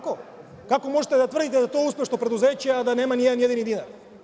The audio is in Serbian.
Kako možete da tvrdite da je to uspešno preduzeće, a da nema ni jedan jedini dinar?